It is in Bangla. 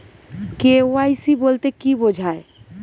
কে.ওয়াই.সি বলতে কি বোঝায়?